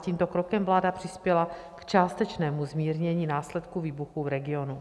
Tímto krokem vláda přispěla k částečnému zmírnění následků výbuchu v regionu.